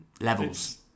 levels